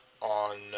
on